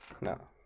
no